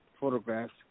photographs